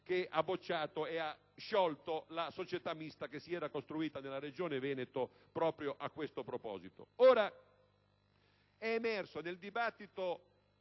che ha bocciato e ha sciolto la società mista che si era costituita nella Regione Veneto proprio a questo proposito. Ora, nel corso del dibattito